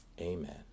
Amen